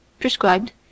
prescribed